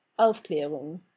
Aufklärung